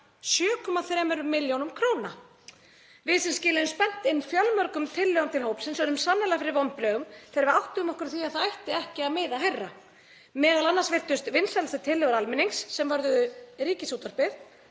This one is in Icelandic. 7,3 millj. kr. Við sem skiluðum spennt inn fjölmörgum tillögum til hópsins urðum sannarlega fyrir vonbrigðum þegar við áttuðum okkur á því að það ætti ekki að miða hærra, m.a. virtust vinsælustu tillögur almennings sem vörðuðu Ríkisútvarpið